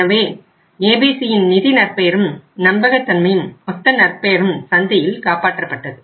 எனவே ABC யின் நிதி நற்பெயரும் நம்பகத்தன்மையும் மொத்த நற்பெயரும் சந்தையில் காப்பாற்றப்பட்டது